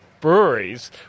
breweries